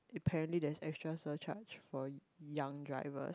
apparently there's extra surcharge for young drivers